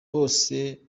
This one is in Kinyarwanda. bose